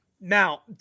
Now